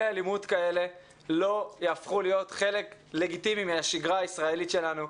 אלימות כאלה לא יהפכו להיות חלק לגיטימי מהשגרה הישראלית שלנו.